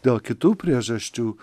dėl kitų priežasčių